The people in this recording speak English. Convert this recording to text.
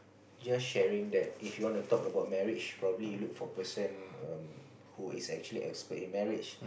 just sharing that if you want to talk about marriage probably you look for person um who is actually expert in marriage